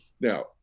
Now